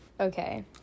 Okay